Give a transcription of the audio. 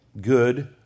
good